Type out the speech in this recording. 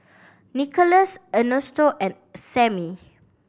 Nickolas Ernesto and Sammy